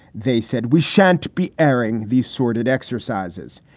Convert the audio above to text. they said we shan't be airing these sordid exercises.